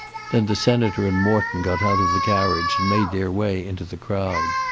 then the senator and morton got out of the carriage and made their way into the crowd.